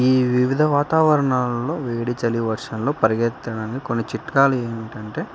ఈ వివిధ వాతావరణాల్లో వేడి చలి వర్షంలో పరిగెత్తడానికి కొన్ని చిట్కాలు ఏంటంటే